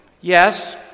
Yes